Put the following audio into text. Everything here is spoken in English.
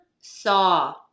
saw